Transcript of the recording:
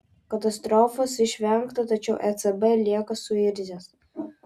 katastrofos išvengta tačiau ecb lieka suirzęs